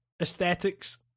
aesthetics